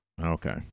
Okay